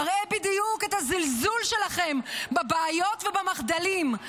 מראה בדיוק את הזלזול שלכם בבעיות ובמחדלים.